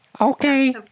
Okay